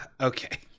Okay